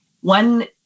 one